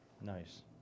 Nice